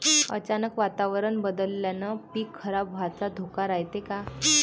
अचानक वातावरण बदलल्यानं पीक खराब व्हाचा धोका रायते का?